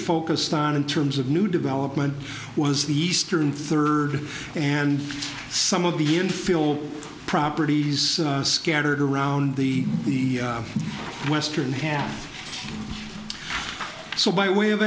focused on in terms of new development was the eastern third and some of the infill properties scattered around the western half so by way of